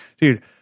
Dude